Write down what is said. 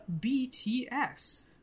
BTS